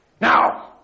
Now